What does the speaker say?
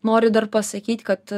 noriu dar pasakyt kad